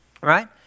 Right